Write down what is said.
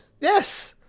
Yes